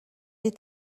est